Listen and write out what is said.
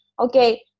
okay